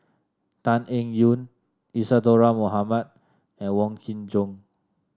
Tan Eng Yoon Isadhora Mohamed and Wong Kin Jong